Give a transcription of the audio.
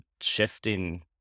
shifting